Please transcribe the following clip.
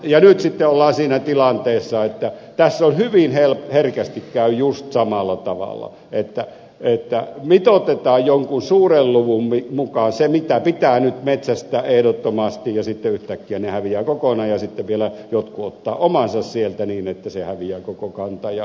nyt sitten ollaan siinä tilanteessa että tässä hyvin herkästi käy just samalla tavalla että mitoitetaan jonkun suuren luvun mukaan se mitä pitää nyt metsästää ehdottomasti ja yhtäkkiä ne sitten häviävät kokonaan ja sitten vielä jotkut ottavat omansa sieltä niin että se koko kanta häviää